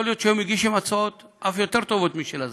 יכול להיות שהיו מגישים הצעות אף יותר טובות משל הזכיין.